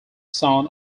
son